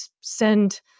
send